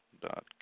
dot